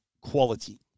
quality